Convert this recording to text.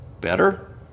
Better